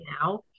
now